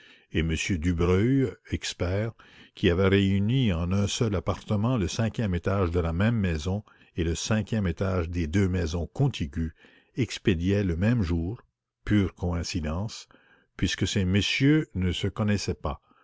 et m dubreuil expert qui avait réuni en un seul appartement le cinquième étage de la même maison et le cinquième étage des deux maisons contiguës expédiait le même jour pure coïncidence puisque ces messieurs ne se connaissaient pas